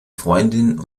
freundin